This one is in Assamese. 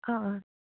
অঁ অঁ